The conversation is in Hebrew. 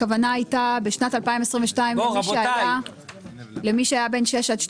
הכוונה הייתה למי שהיה בן 6 עד 12